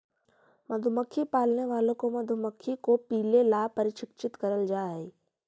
मधुमक्खी पालने वालों को मधुमक्खी को पीले ला प्रशिक्षित करल जा हई